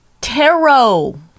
Tarot